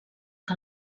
que